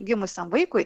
gimusiam vaikui